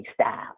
style